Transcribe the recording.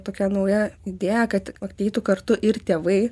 tokia nauja idėja kad ateitų kartu ir tėvai